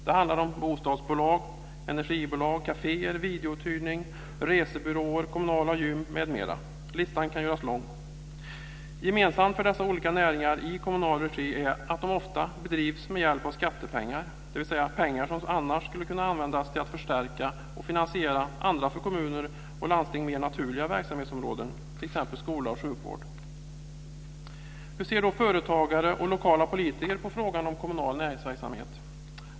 Det handlar om bostadsbolag, energibolag, kaféer, videouthyrning, resebyråer, kommunala gym, m.m. Listan kan göras lång. Gemensamt för dessa olika näringar i kommunal regi är att de ofta bedrivs med hjälp av skattepengar, dvs. pengar som annars skulle kunna användas till att förstärka och finansiera andra för kommuner och landsting mer naturliga verksamhetsområden, t.ex. skola och sjukvård. Hur ser då företagare och lokala politiker på frågan om kommunal näringsverksamhet?